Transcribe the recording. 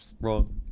Wrong